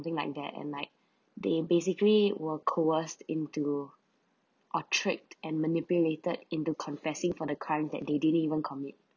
thing like that and like they basically were coerced into a trick and manipulated into confessing for the crime that they didn't even commit